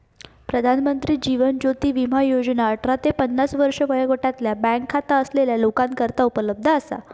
प्रधानमंत्री जीवन ज्योती विमा योजना अठरा ते पन्नास वर्षे वयोगटातल्या बँक खाता असलेल्या लोकांकरता उपलब्ध असा